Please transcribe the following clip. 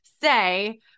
say